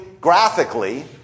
graphically